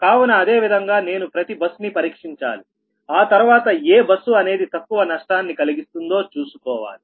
కావున అదే విధంగా నేను ప్రతి బస్ ని పరీక్షించాలి ఆ తర్వాత ఏ బస్సు అనేది తక్కువ నష్టాన్ని కలిగిస్తుందో చూసుకోవాలి